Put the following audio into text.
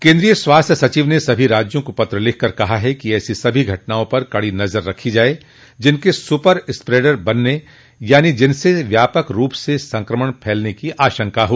केन्द्रीय स्वास्थ्य सचिव ने सभी राज्यों को पत्र लिखकर कहा है कि ऐसी सभी घटनाओं पर कड़ी नजर रखी जाए जिनके सुपर स्प्रेडर बनने यानी जिनसे व्यापक रूप से संक्रमण फैलने की आशंका हो